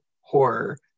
horror